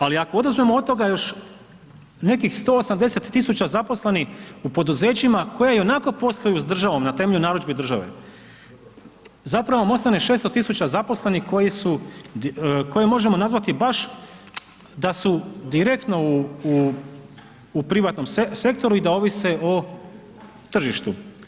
Ali ako oduzmemo od toga još nekih 180.000 zaposlenih u poduzećima koja i onako posluju s državom na temelju narudžbi države, zapravo vam ostane 600.000 zaposlenih koje možemo nazvati baš da su direktno u privatnom sektoru i da ovise o tržištu.